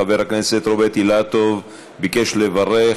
חבר הכנסת רוברט אילטוב ביקש לברך,